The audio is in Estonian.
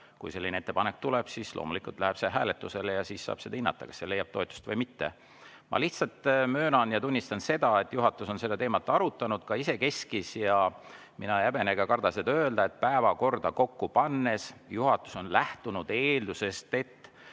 Kui selline ettepanek tuleb, siis loomulikult läheb see hääletusele ja siis saab hinnata, kas see leiab toetust või mitte. Ma lihtsalt möönan ja tunnistan, et juhatus on seda teemat arutanud ka isekeskis ja mina ei häbene ega karda öelda, et päevakorda kokku pannes juhatus on lähtunud eeldusest, et